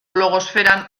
blogosferan